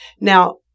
Now